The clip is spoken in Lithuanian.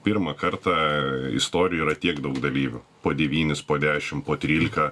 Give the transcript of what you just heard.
pirmą kartą istorijoj yra tiek daug dalyvių po devynis po dešimt po trylika